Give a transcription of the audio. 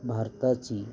भारताची